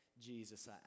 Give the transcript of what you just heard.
Jesus